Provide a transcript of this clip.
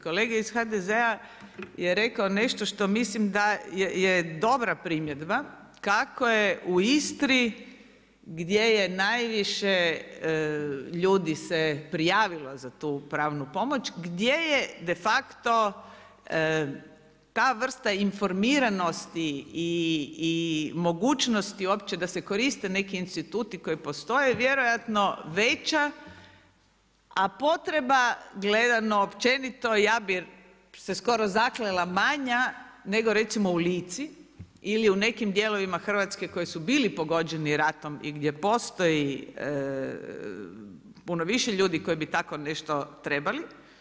Kolega iz HDZ-a je rekao nešto što mislim da je dobra primjedba kako je u Istri gdje je najviše ljudi se prijavilo za tu pravnu pomoć, gdje je de facto ta vrsta informiranosti i mogućnosti uopće da se koriste neki instituti koji postoje vjerojatno veća a potreba gledano općenito ja bih se skoro zaklela manja nego recimo u Lici ili u nekim dijelovima Hrvatske koji su bili pogođeni ratom i gdje postoji puno više ljudi koji bi tako nešto trebali.